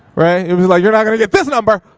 right, you'll be like, you're not gonna get this number!